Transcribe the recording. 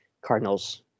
Cardinals